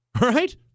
right